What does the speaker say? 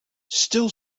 still